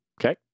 Okay